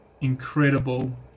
incredible